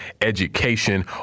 education